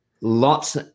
Lots